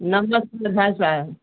नमस्ते भाई साहब